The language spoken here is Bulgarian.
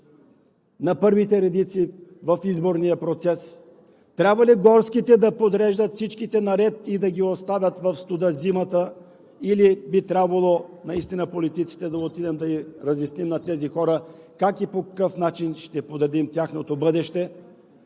на първите редици в изборния процес? Трябва ли горските да подреждат всичките наред и да ги оставят в студа през зимата, или би трябвало наистина политиците да отидат да разяснят на тези хора как и по какъв начин ще подредим тяхното бъдеще?